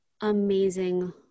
amazing